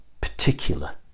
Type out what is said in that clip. particular